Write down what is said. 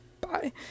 bye